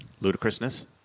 Ludicrousness